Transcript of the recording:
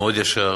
ומאוד ישר.